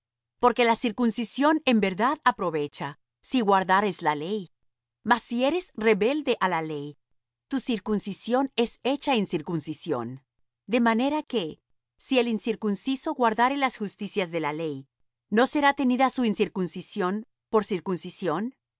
porque la circuncisión en verdad aprovecha si guardares la ley mas si eres rebelde á la ley tu circuncisión es hecha incircuncisión de manera que si el incircunciso guardare las justicias de la ley no será tenida su incircuncisión por circuncisión